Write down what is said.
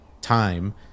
time